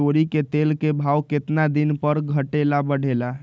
तोरी के तेल के भाव केतना दिन पर घटे ला बढ़े ला?